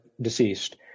deceased